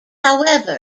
however